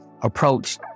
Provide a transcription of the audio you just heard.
approach